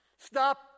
Stop